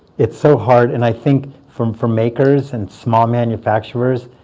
it's so hard. and i think from from makers and small manufacturers,